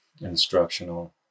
instructional